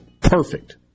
Perfect